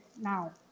now